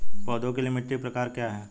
पौधों के लिए मिट्टी के प्रकार क्या हैं?